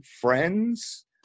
friends